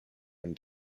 and